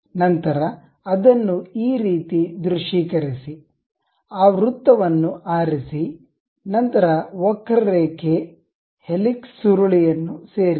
ನಂತರ ಅದನ್ನು ಈ ರೀತಿ ದೃಶ್ಯೀಕರಿಸಿ ಆ ವೃತ್ತವನ್ನು ಆರಿಸಿ ನಂತರ ವಕ್ರರೇಖೆ ಹೆಲಿಕ್ಸ್ ಸುರುಳಿ ಯನ್ನು ಸೇರಿಸಿ